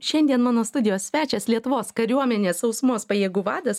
šiandien mano studijos svečias lietuvos kariuomenės sausumos pajėgų vadas